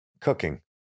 Cooking